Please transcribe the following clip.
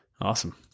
Awesome